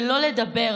שלא לדבר